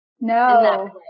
No